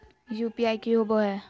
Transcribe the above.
UPI की होबो है?